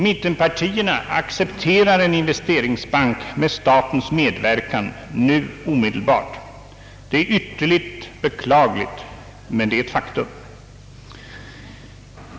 Mittenpartierna accepterar en investeringsbank med statens medverkan nu omedelbart. Det är ytterligt beklagligt, men det är ett faktum.